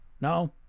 No